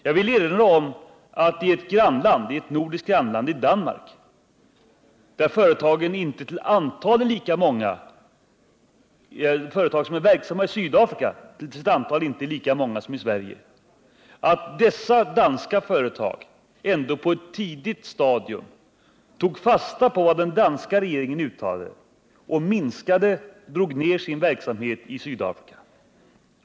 Jag vill erinra om förhållandena i ett nordiskt grannland - Danmark — där antalet företag som är verksamma i Sydafrika inte är lika stort som i Sverige. Dessa danska företag tog ändå fasta på vad den danska regeringen uttalade och drog ned sin verksamhet i Sydafrika.